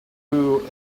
will